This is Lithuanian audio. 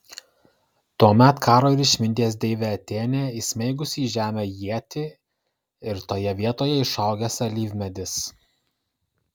tuomet karo ir išminties deivė atėnė įsmeigusi į žemę ietį ir toje vietoje išaugęs alyvmedis